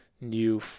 new